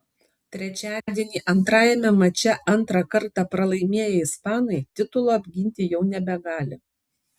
trečiadienį antrajame mače antrą kartą pralaimėję ispanai titulo apginti jau nebegali